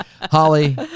Holly